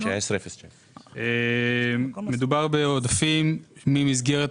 מדובר בעודפים ממסגרת